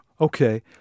Okay